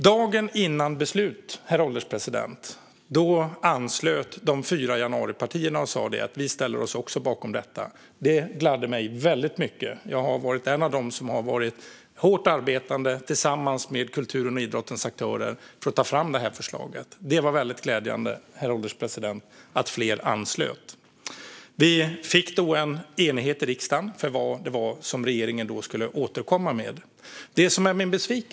Dagen före beslut, herr ålderspresident, anslöt de fyra januaripartierna och sa att de också ställde sig bakom detta. Det gladde mig väldigt mycket. Jag har varit en av dem som har varit hårt arbetande tillsammans med kulturens och idrottens aktörer för att ta fram detta förslag. Det var väldigt glädjande, herr ålderspresident, att fler anslöt. Vi fick då en enighet i riksdagen för vad regeringen skulle återkomma med.